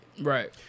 Right